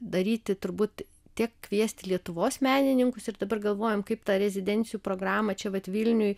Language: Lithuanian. daryti turbūt tiek kviesti lietuvos menininkus ir dabar galvojam kaip tą rezidencijų programą čia vat vilniuj